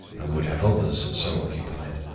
and would have others so occupied,